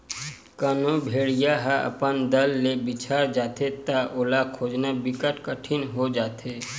कोनो भेड़िया ह अपन दल ले बिछड़ जाथे त ओला खोजना बिकट कठिन हो जाथे